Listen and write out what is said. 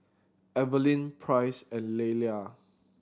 Evelin Price and Lillia